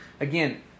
Again